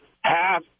half